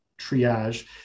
triage